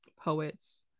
poets